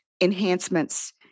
enhancements